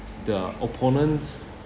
the opponents